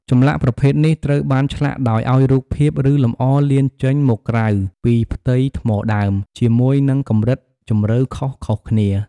ចម្លាក់ប្រភេទនេះត្រូវបានឆ្លាក់ដោយ ឲ្យរូបភាព ឬលម្អលៀនចេញមកក្រៅពីផ្ទៃថ្មដើម ជាមួយនឹងកម្រិតជម្រៅខុសៗគ្នា។